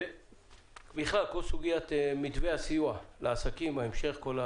ובכלל כל סוגיית מתווה הסיוע לעסקים בהמשך.